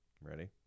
ready